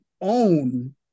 own